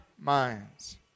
minds